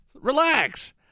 Relax